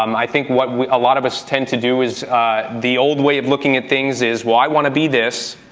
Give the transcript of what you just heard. um i think, what a lot of us tend to do is the old way of looking at things is, well, i want to be this,